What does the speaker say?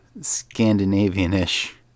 Scandinavian-ish